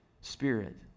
spirit